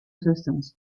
systems